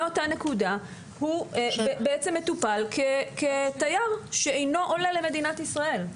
מאותה נקודה הוא בעצם מטופל כתייר אינו עולה למדינת ישראל.